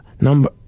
number